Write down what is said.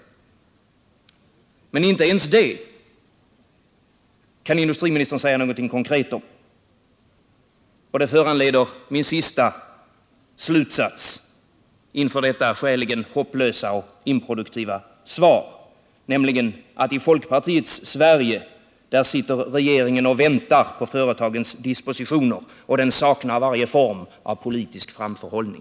Men inte ens det kan industriministern säga någonting konkret om. Det föranleder min sista slutsats inför detta skäligen hopplösa och improduktiva svar: I folkpartiets Sverige sitter regeringen och väntar på företagens dispositioner och saknar varje form av politisk framförhållning.